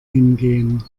hingehen